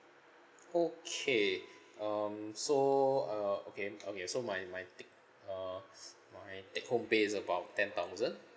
okay um so uh okay okay so my my take uh my take home pay is about ten thousand